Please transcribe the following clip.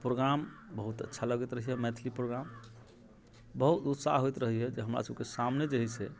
programme बहुत अच्छा लगैत रहैए मैथिली प्रोग्राम बहुत उत्साह होइत रहैए जे हमरासभके सामने जे हइ से